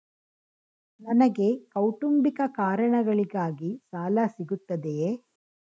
ನನಗೆ ಕೌಟುಂಬಿಕ ಕಾರಣಗಳಿಗಾಗಿ ಸಾಲ ಸಿಗುತ್ತದೆಯೇ?